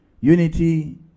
Unity